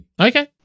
Okay